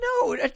No